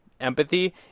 empathy